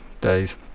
days